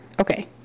Okay